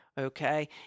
okay